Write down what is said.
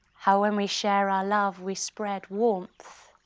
how when we share our love we spread warmth,